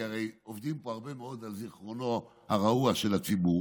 כי הרי עובדים פה הרבה מאוד על זיכרונו הרעוע של הציבור,